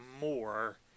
more